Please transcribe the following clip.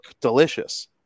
delicious